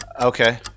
Okay